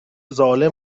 ظالم